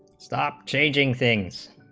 stop changing things